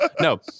No